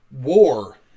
war